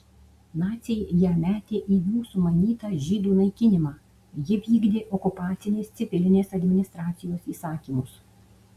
naciai ją metė į jų sumanytą žydų naikinimą ji vykdė okupacinės civilinės administracijos įsakymus